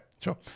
sure